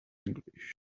english